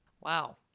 Wow